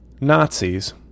Nazis